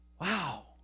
wow